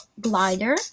glider